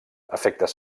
efectes